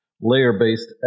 layer-based